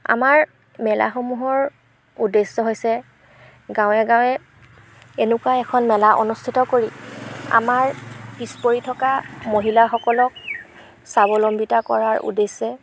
আমাৰ মেলাসমূহৰ উদ্দেশ্য হৈছে গাঁৱে গাঁৱে এনেকুৱা এখন মেলা অনুষ্ঠিত কৰি আমাৰ পিছ পৰি থকা মহিলাসকলক স্বাৱলম্বিতা কৰাৰ উদ্দেশ্যে